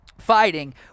fighting